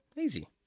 easy